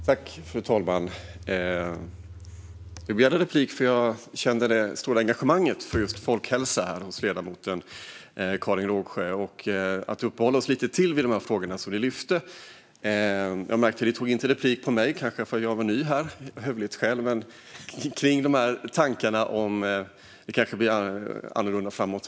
Fru talman! Jag begärde replik därför att jag kände det stora engagemanget för folkhälsa hos ledamoten Karin Rågsjö och för att vi ska uppehålla oss lite till vid de frågor som lyftes upp. Jag märkte att ledamoten inte tog replik på mig, kanske av hövlighetsskäl därför att jag är ny här. Det blir kanske annorlunda framöver.